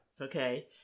Okay